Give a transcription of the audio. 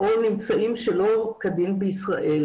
או נמצאים שלא כדין בישראל.